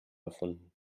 erfunden